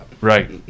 Right